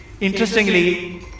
interestingly